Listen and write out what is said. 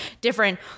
different